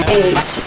eight